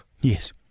yes